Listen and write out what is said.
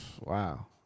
wow